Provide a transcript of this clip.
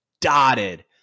dotted